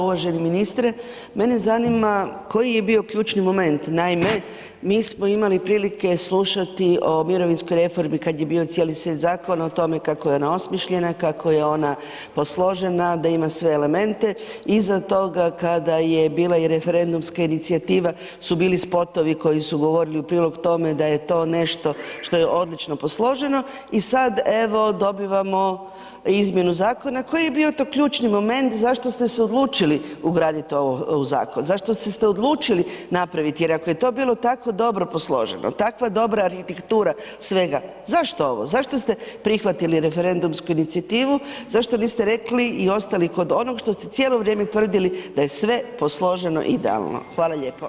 Uvaženi ministre, mene zanima koji je bio ključni moment, naime mi smo imali prilike slušati o mirovinskoj reformi kad je bio cijeli set zakona, o tome kako je ona osmišljena, kako je ona posložena, da ima sve elemente, iza toga kada je bila i referendumska inicijativa su bili spotovi koji su govorili u prilog tome da je to nešto što je odlično posloženo i sad evo dobivamo izmjenu zakona, koji je bio to ključni moment zašto ste se odlučili ugraditi ovo u zakon, zašto ste se odlučili napraviti jer ako je to bilo tako dobro posloženo, takva dobra arhitektura svega, zašto ovo, zašto ste prihvatili referendumsku inicijativu, zašto niste rekli i ostali kod onog što ste cijelo vrijeme tvrdili da je sve posloženo idealno.